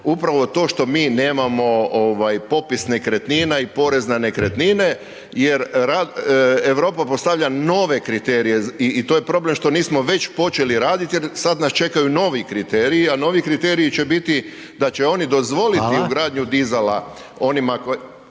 upravo to što mi nemamo popis nekretnina i porez na nekretnine jer Europa postavlja nove kriterije i to je problem što nismo već počeli raditi jer sad nas čekaju novi kriteriji a novi kriteriji će biti da će oni dozvoliti ugradnju dizala onima…